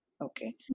okay